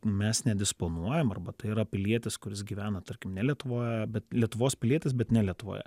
mes nedisponuojam arba tai yra pilietis kuris gyvena tarkim ne lietuvoje bet lietuvos pilietis bet ne lietuvoje